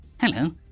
Hello